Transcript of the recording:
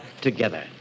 together